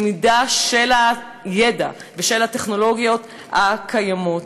למידה של הידע ושל הטכנולוגיות הקיימות.